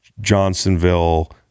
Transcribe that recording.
Johnsonville